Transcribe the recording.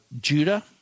Judah